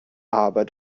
aber